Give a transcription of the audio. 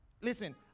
Listen